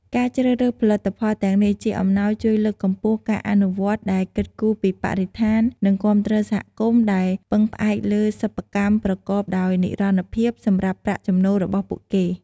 ការជ្រើសរើសផលិតផលទាំងនេះ ជាអំណោយជួយលើកកម្ពស់ការអនុវត្តដែលគិតគូរពីបរិស្ថាន និងគាំទ្រសហគមន៍ដែលពឹងផ្អែកលើសិប្បកម្មប្រកបដោយនិរន្តរភាពសម្រាប់ប្រាក់ចំណូលរបស់ពួកគេ។